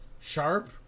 sharp